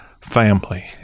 family